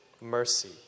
mercy